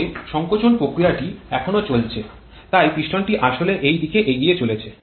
তবে সংকোচন প্রক্রিয়াটি এখনও চলছে তাই পিস্টনটি আসলে এই দিকে এগিয়ে চলেছে